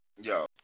Yo